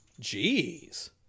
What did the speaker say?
Jeez